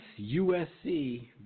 USC